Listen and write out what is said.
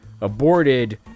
aborted